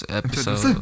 episode